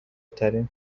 ترین